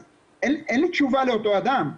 אז אין לי תשובה לאותו אדם,